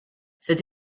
cette